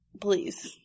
please